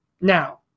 Now